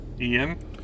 Ian